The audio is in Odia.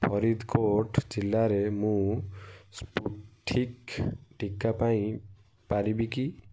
ଫରିଦ୍କୋଟ୍ ଜିଲ୍ଲାରେ ମୁଁ ସ୍ପୁଟନିକ୍ ଟିକା ପାଇ ପାରିବି କି